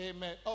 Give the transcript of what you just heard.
Amen